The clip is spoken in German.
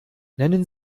nennen